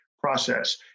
process